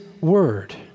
word